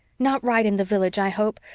not right in the village, i hope.